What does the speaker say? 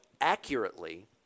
accurately